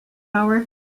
hour